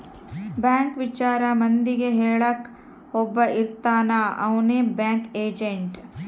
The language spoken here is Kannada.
ಬ್ಯಾಂಕ್ ವಿಚಾರ ಮಂದಿಗೆ ಹೇಳಕ್ ಒಬ್ಬ ಇರ್ತಾನ ಅವ್ನೆ ಬ್ಯಾಂಕ್ ಏಜೆಂಟ್